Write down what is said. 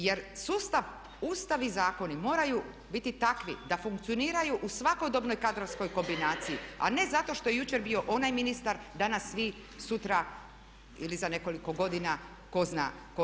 Jer sustav, Ustav i zakoni moraju biti takvi da funkcioniraju u svakodobnoj kadrovskoj kombinaciji, a ne zato što je jučer bio onaj ministar, danas svi, sutra ili za nekoliko godina tko zna tko.